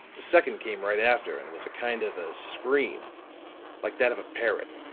the second came right after, and was a kind of a scream like that of a parrot.